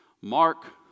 Mark